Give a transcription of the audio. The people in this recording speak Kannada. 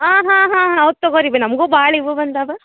ಹಾಂ ಹಾಂ ಹಾಂ ಹೌದು ತಗೋರಿ ಬಿ ನಮಗೂ ಭಾಳ್ ಇವು ಬಂದಾವ